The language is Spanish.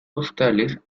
postales